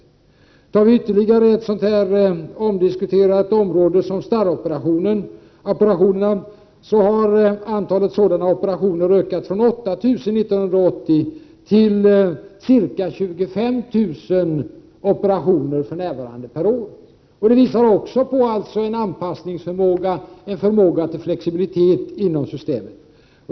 Ser vi på ytterligare ett sådant här område, starroperationer, så finner vi att antalet sådana operationer har ökat från 8 000 år 1980 till för närvarande ca 25 000 per år. Det visar också på en anpassningsförmåga, en förmåga till flexibilitet inom systemet.